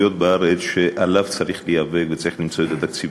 בארץ שעליהם צריך להיאבק וצריך למצוא את התקציבים.